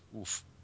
Oof